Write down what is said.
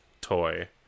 toy